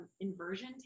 inversion